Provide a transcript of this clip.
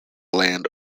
land